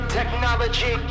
Technology